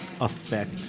effect